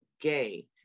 gay